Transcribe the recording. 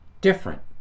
different